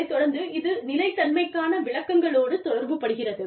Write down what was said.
அதைத்தொடர்ந்து இது நிலைத்தன்மைக்கான விளக்கங்களோடு தொடர்பு படுகிறது